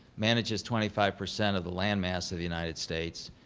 manages twenty five percent of the land mass of the united states,